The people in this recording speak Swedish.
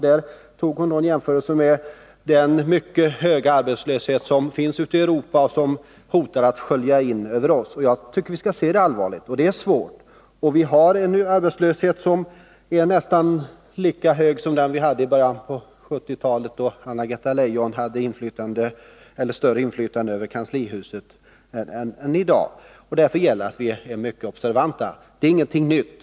Hon gjorde jämförelser med den mycket höga arbetslöshet som finns ute i Europa och som hotar att skölja in över oss. Jag tycker att vi skall ta det allvarligt. Det är svårt. Vi har en arbetslöshet som är nästan lika hög som den vi hade i början på 1970-talet, då Anna-Greta Leijon hade större inflytande över kanslihuset än hon har i dag.